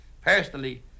Personally